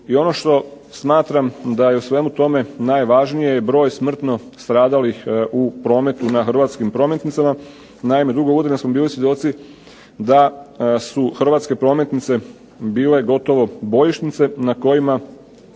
I ono što smatram da je u svemu tome najvažnije je broj smrtno stradalih u prometu na hrvatskim prometnicama. Naime dugo godina smo bili svjedoci da su hrvatske prometnice bile gotovo bojišnice na kojima